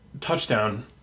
touchdown